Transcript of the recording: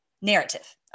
narrative